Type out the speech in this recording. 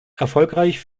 erfolgreich